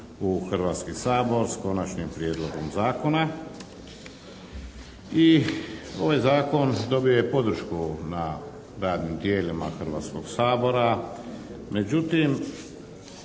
u Hrvatski sabor, s Konačnim prijedlogom Zakona. I ovaj Zakon dobio je podršku na radnim tijelima Hrvatskog sabora. Međutim,